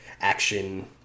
action